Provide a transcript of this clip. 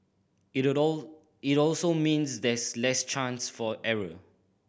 it it also means there's less chance for error